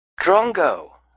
Drongo